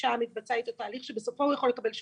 ושם מתבצע איתו תהליך שבסופו הוא יכול לקבל שובר.